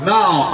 Now